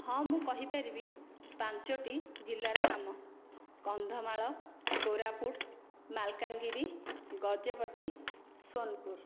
ହଁ ମୁଁ କହିପାରିବି ପାଞ୍ଚୋଟି ଜିଲ୍ଲାର ନାମ କନ୍ଧମାଳ କୋରାପୁଟ ମାଲକାନଗିରି ଗଜପତି ସୋନପୁର